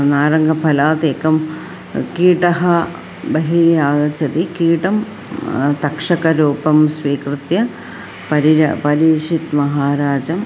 नारङ्गफलात् एकः कीटः बहिः आगच्छति कीटं तक्षकरूपं स्वीकृत्य परि परीक्षितमहाराजं